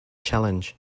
challenge